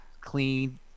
Clean